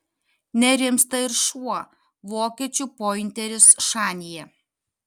nerimsta ir šuo vokiečių pointeris šanyje